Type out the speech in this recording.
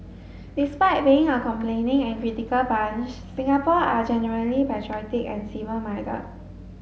despite being a complaining and critical bunch Singapore are generally patriotic and civic minded